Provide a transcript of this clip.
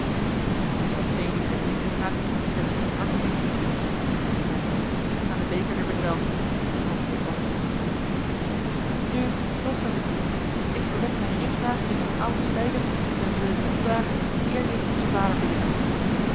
in de santee die gij drinken gaat stem ik van harten meê in maar ik zet mijn mond niet aan den beker der bedwelming antwoordde bastiaan stroef nu zooals gij verkiest ik verwed mijn ringkraag tegen een ouden spijker dat wij hem zullen zien opdagen eer je een onze vader bidden